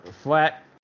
flat